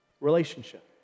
relationship